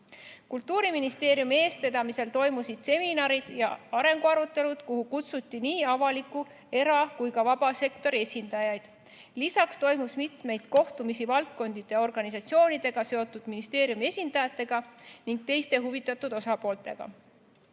Kultuuriministeeriumi eestvedamisel toimusid seminarid ja arenguarutelud, kuhu kutsuti nii avaliku, era- kui ka vabasektori esindajaid. Lisaks toimus mitmeid kohtumisi valdkondlike organisatsioonidega seotud ministeeriumi esindajatega ning teiste huvitatud osapooltega.